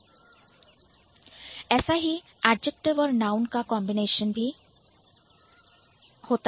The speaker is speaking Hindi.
ऐसा ही adjective and noun एडजेक्टिव तथा नाउन विशेषण और संज्ञा के मामले में भी है